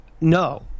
no